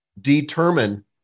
determine